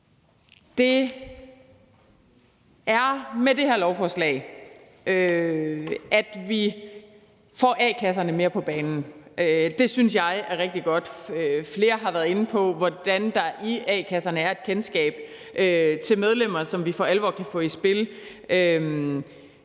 Det er med det her lovforslag, at vi får a-kasserne mere på banen. Det synes jeg er rigtig godt. Flere har været inde på, hvordan der i a-kasserne er et kendskab til medlemmerne, som vi for alvor kan få i spil.